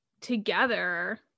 together